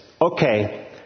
Okay